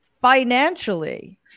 financially